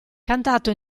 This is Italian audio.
cantato